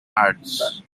arts